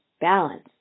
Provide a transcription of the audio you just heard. balance